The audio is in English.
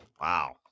Wow